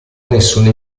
nessuna